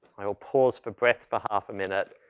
i'll pause for breath for half a minute.